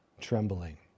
trembling